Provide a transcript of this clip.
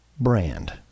brand